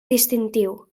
distintiu